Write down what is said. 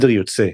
אנדר יוצא,